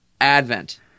Advent